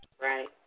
right